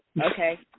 Okay